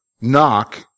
Knock